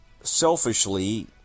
selfishly